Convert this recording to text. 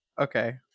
okay